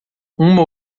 uma